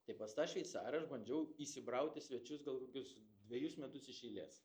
tai pas tą šveicarą aš bandžiau įsibraut į svečius gal kokius dvejus metus iš eilės